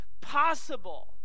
possible